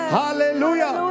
hallelujah